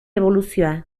eboluzioa